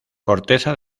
corteza